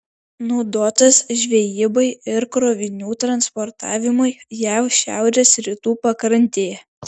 naudotas žvejybai ir krovinių transportavimui jav šiaurės rytų pakrantėje